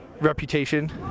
reputation